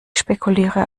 spekuliere